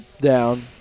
down